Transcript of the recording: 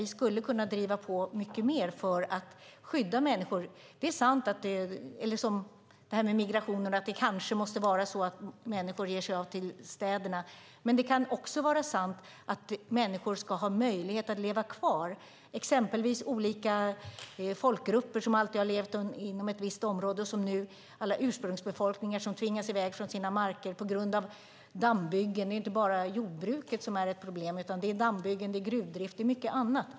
Vi skulle kunna driva på mycket mer för att skydda människor. Det är sant att det kanske måste vara som med migrationen, att människor får ge sig av till städerna. Men det kan också vara sant att människor ska ha möjlighet att leva kvar, exempelvis olika folkgrupper som alltid har levt inom ett visst område, som alla ursprungsbefolkningar som nu tvingas i väg från sina marker på grund av dammbyggen. Det är ju inte bara jordbruket som är ett problem utan det är dammbyggen, det är gruvdrift, det är mycket annat.